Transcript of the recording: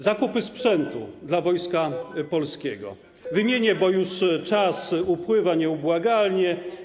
Zakupy sprzętu dla Wojska Polskiego - wymienię, bo czas upływa nieubłaganie.